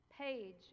page